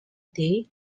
day